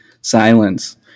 silence